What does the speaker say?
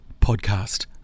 podcast